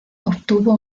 obtuvo